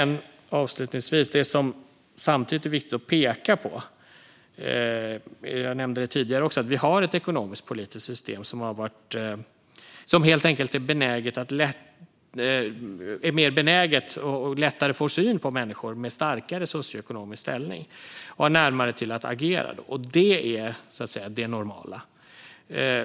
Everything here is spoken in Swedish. Avslutningsvis är det viktigt att peka på att vi har ett ekonomisk-politiskt system som helt enkelt är mer benäget och har lättare att få syn på människor med starkare socioekonomisk ställning och då har närmare till att agera. Det är det normala.